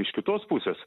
iš kitos pusės